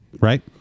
right